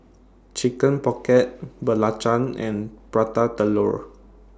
Chicken Pocket Belacan and Prata Telur